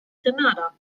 grenada